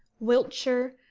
wiltshire,